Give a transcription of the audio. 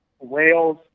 Wales